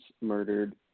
murdered